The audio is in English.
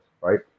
right